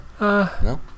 No